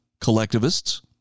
collectivists